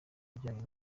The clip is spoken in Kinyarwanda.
bijyanye